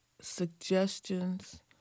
suggestions